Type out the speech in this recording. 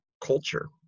culture